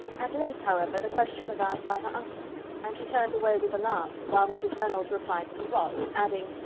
at length however, the question was asked by her uncle and she turned away with alarm, while mrs. reynolds replied that he was, adding,